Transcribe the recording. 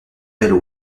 belle